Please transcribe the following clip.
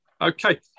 Okay